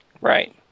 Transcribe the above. Right